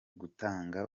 gutanga